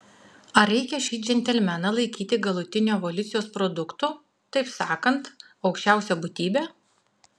ar reikia šį džentelmeną laikyti galutiniu evoliucijos produktu taip sakant aukščiausia būtybe